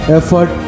effort